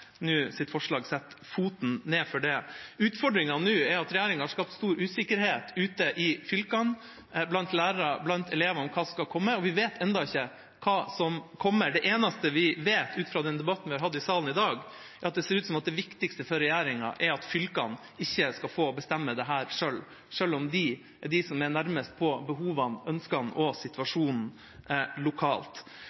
har skapt stor usikkerhet ute i fylkene blant elevene om hva som skal komme, og vi vet ennå ikke hva som kommer. Det eneste vi vet, ut fra den debatten vi har hatt i salen i dag, er at det ser ut som det viktigste for regjeringa er at fylkene ikke skal få bestemme dette selv, selv om det er de som er nærmest behovene, ønskene og